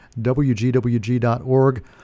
WGWG.org